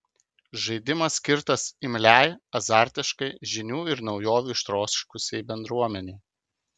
žaidimas skirtas imliai azartiškai žinių ir naujovių ištroškusiai bendruomenei